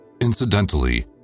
Incidentally